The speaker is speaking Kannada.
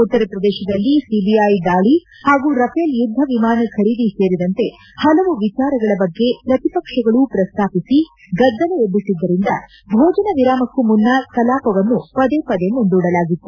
ಉತ್ತರ ಪ್ರದೇಶದಲ್ಲಿ ಸಿಬಿಐ ದಾಳಿ ಹಾಗೂ ರಫೇಲ್ ಯುದ್ದ ವಿಮಾನ ಖರೀದಿ ಸೇರಿದಂತೆ ಹಲವು ವಿಚಾರಗಳ ಬಗ್ಗೆ ಪ್ರತಿಪಕ್ಷಗಳು ಪ್ರಸ್ತಾಪಿಸಿ ಗದ್ದಲ ಎಬ್ಬಿಸಿದ್ದರಿಂದ ಭೋಜನ ವಿರಾಮಕ್ಕೂ ಮುನ್ನ ಕಲಾಪವನ್ನು ಪದೇ ಪದೇ ಮುಂದೂಡಲಾಗಿತ್ತು